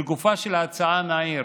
לגופה של ההצעה נעיר